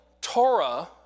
Torah